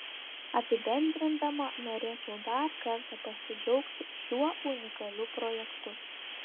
apibendrindama norėčiau dar kartą pasidžiaugti šiuo unikaliu projektu